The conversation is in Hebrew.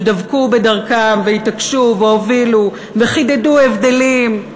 שדבקו בדרכם והתעקשו והובילו וחידדו הבדלים,